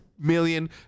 Million